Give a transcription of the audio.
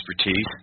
expertise